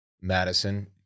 Madison